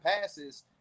passes